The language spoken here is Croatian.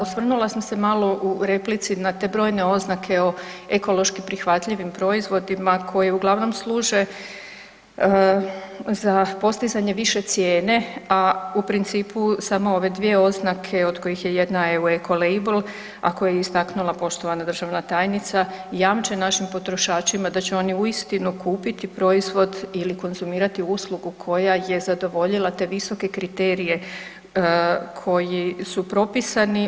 Osvrnula sam se malo u replici na te brojne oznake o ekološki prihvatljivim proizvodima koje uglavnom služe za postizanje više cijene, a u principu samo ove dvije oznake od kojih je jedna EU Ecolabel, a koja je istaknula poštovana državna tajnica jamče našim potrošačima da će oni uistinu kupiti proizvod ili konzumirati uslugu koja je zadovoljila te visoke kriterije koji su propisani.